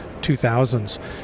2000s